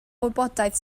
wybodaeth